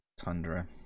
tundra